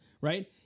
right